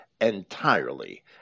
entirely